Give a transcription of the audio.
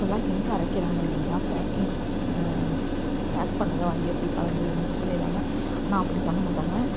இப்போதெல்லாம் எங்கே அரைக்கிறாங்க எல்லாம் பேக்கிங் பேக் பண்ணிணது வாங்கி அப்படியே கலந்து மிக்ஸ் பண்ணிடறாங்க ஆனால் அப்படி பண்ணமாட்டாங்க